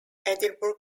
edinburgh